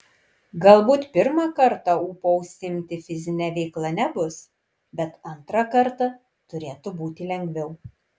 galbūt pirmą kartą ūpo užsiimti fizine veikla nebus bet antrą kartą turėtų būti lengviau